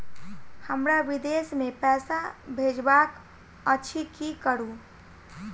हमरा विदेश मे पैसा भेजबाक अछि की करू?